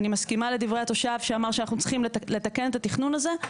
אני מסכימה לדברי התושב שאמר שאנחנו צריכים לתקן את התכנון הזה,